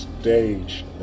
stage